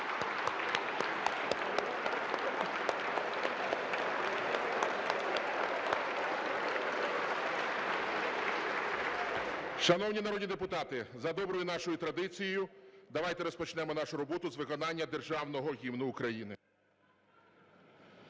Шановні народні депутати, за доброю нашою традицією давайте розпочнемо нашу роботу з виконання Державного Гімну Україну.